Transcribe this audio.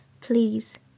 Please